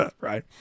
Right